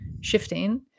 shifting